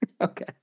Okay